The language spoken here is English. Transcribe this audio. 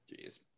Jeez